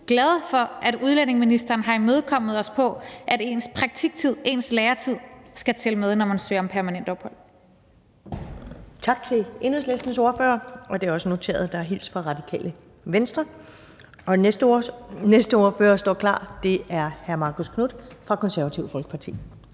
og integrationsministeren har imødekommet os, ved at ens praktik- og læretid skal tælle med, når man søger om permanent ophold.